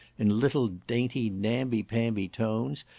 in little dainty namby pamby tones,